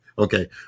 Okay